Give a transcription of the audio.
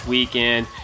Weekend